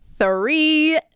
Three